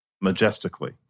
majestically